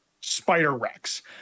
Spider-Rex